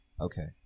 Okay